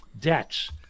debts